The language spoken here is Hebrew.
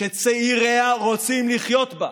שצעיריה רוצים לחיות בה,